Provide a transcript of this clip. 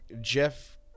Jeff